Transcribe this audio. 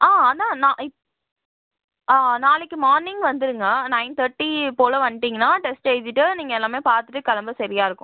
ஆ அதான் நான் ஆ நாளைக்கு மார்னிங் வந்துருங்க நைன் தேர்ட்டி போல் வந்துட்டிங்கன்னா டெஸ்ட் எழுதிட்டு நீங்கள் எல்லாமே பார்த்துட்டு கிளம்ப சரியாக இருக்கும்